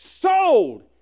sold